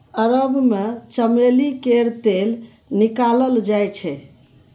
अरब मे चमेली केर तेल निकालल जाइ छै